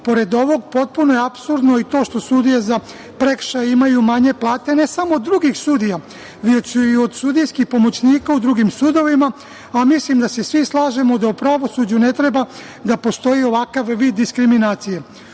ovog potpuno je apsurdno i to što sudije za prekršaj imaju manje plate, ne samo drugih sudija, već i od sudijskih pomoćnika u drugim sudovima, a mislim da se svi slažemo da u pravosuđu ne treba da postoji ovakav vid diskriminacije. Sudije